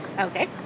Okay